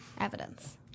evidence